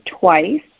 twice